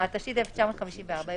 התשי"ד 1954‏ ,